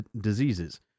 diseases